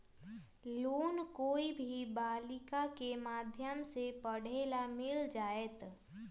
Loan कोई भी बालिका के माध्यम से पढे ला मिल जायत?